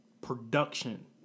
production